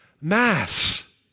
mass